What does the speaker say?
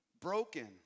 broken